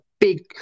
big